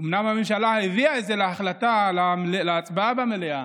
אומנם הממשלה הביאה את זה להצבעה במליאה,